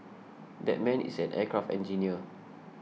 that man is an aircraft engineer